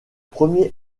premier